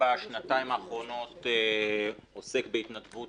בשנתיים האחרונות אני עוסק בהתנדבות